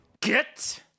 get